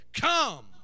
come